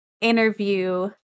interview